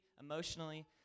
emotionally